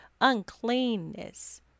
uncleanness